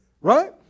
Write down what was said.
Right